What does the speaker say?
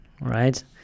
right